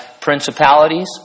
principalities